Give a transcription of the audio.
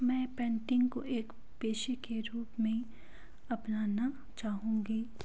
मैं पेंटिंग को एक पेशे के रूप में अपनाना चाहूँगी